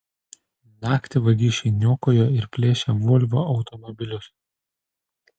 naktį vagišiai niokojo ir plėšė volvo automobilius